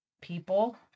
people